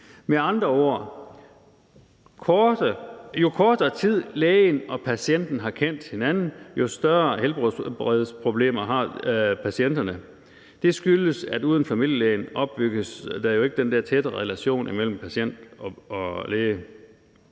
Med andre ord: Jo kortere tid lægen og patienten har kendt hinanden, jo større helbredsproblemer har patienten. Det skyldes, at uden familielægen opbygges der jo ikke den der tætte relation mellem patient og læge.